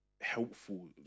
helpful